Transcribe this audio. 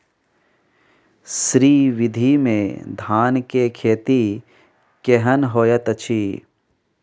श्री विधी में धान के खेती केहन होयत अछि?